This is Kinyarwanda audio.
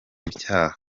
icyaha